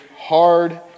hard